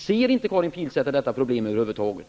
Ser inte Karin Pilsäter detta problem över huvud taget?